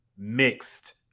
mixed